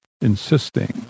insisting